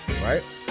right